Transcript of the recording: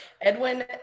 Edwin